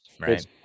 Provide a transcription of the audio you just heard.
Right